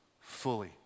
fully